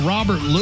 Robert